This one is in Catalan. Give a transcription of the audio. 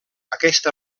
aquest